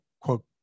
quote